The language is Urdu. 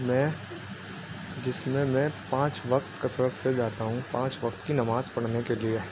میں جس میں میں پانچ وقت ک سرک سے جاتا ہوں پانچ وقت کی نماز پڑھنے کے لیے